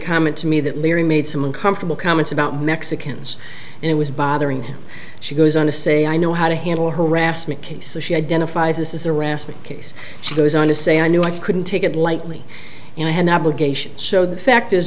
comment to me that larry made some uncomfortable comments about mexicans and it was bothering him she goes on to say i know how to handle harassment cases she identifies this is a rasping case she goes on to say i knew i couldn't take it lightly and i had obligations so the fact is